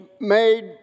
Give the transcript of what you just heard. made